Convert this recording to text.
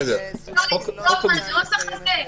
אז לא --- מהנוסח הזה?